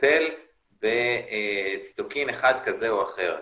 לטפל בציטוקין אחד כזה או אחר.